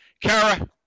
Kara